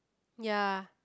ya